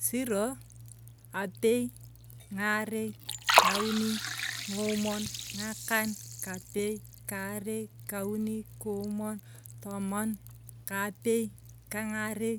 Zero, apei, ng’arei, ng. auni, ng’omuon, ng’akan, ng’akankapei, kaarei, kauni, koomuon, tomon, kaapei, kang’aoni,